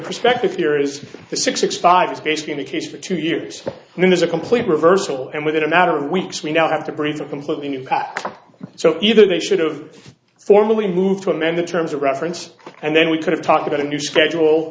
perspective here is the six six five is basically the case for two years and then there's a complete reversal and within a matter of weeks we now have to present completely new package so either they should've formally moved to amend the terms of reference and then we could have talked about a new schedule